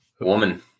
Woman